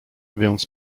więc